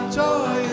joy